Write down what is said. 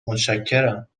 متشکرم